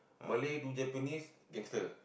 Malay do Japanese gangster